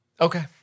Okay